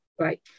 Right